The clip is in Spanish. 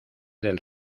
del